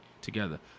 together